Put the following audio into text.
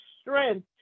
strength